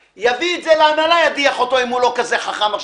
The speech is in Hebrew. שיביא את זה להנהלה, ידיח אותו אם הוא לא כזה חכם.